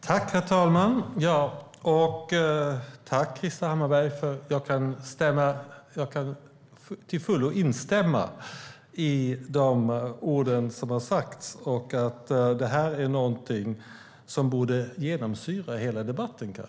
Herr talman! Tack, Krister Hammarbergh! Jag kan till fullo instämma i de ord som har sagts. Just värnandet om dessa gemensamma värden är någonting som kanske borde genomsyra hela debatten.